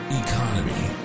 economy